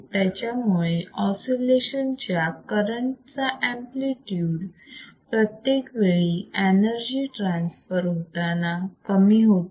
त्याच्यामुळे ऑसिलेशन च्या करंट चा एम्पलीट्यूड प्रत्येक वेळी एनर्जी ट्रान्सफर होताना कमी होतो